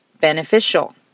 beneficial